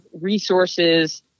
resources